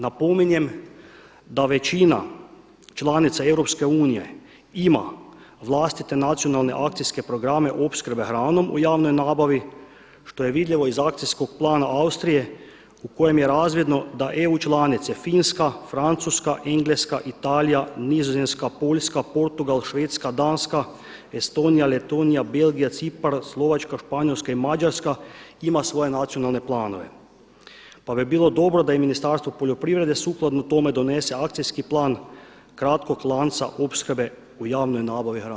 Napominjem, da većina članica EU ima vlastite nacionalne akcijske programe opskrbe hranom u javnoj nabavi, što je vidljivo iz Akcijskog plana Austrije u kojem je razvidno da EU članice Finska, Francuska, Engleska, Italija, Nizozemska, Poljska, Portugal, Švedska, Danska, Estonija, Letonija, Belgija, Cipar, Slovačka, Španjolska i Mađarska ima svoje nacionalne planove pa bi bilo dobro da i Ministarstvo poljoprivrede sukladno tome donese akcijski plan kratkog lanca opskrbe u javnoj nabavi hrane.